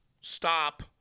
stop